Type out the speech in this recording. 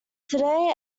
today